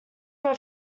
were